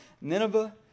Nineveh